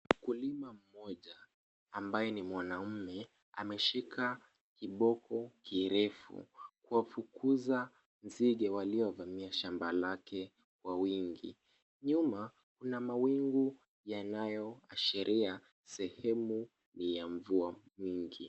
Mkulima mmoja ambaye ni mwanamume ameshika kiboko kirefu kuwafukuza nzige waliovamia shamba lake kwa wingi. Nyuma kuna mawingu yanayoashiria sehemu ya mvua mwingi.